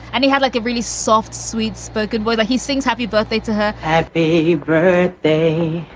and he had like a really soft, sweet, spoken boy that he sings happy birthday to her happy birthday